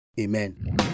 Amen